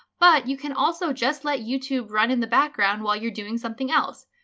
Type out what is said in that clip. but, you can also just let youtube run in the background while you're doing something else.